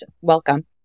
Welcome